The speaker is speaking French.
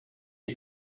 est